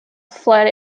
fled